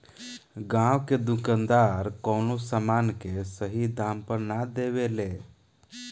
गांव के दुकानदार कवनो समान के सही दाम पर ना देवे ले